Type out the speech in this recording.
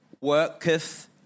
worketh